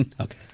Okay